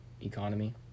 economy